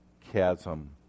chasm